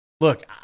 Look